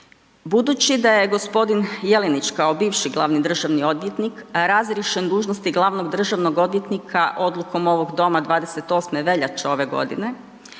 Budući da je gospodin Jelinić kao bivši glavni državni odvjetnik razriješen dužnosti glavnog državnog odvjetnika odlukom ovog doma 28. veljače ove godine,